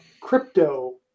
crypto